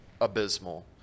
abysmal